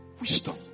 Wisdom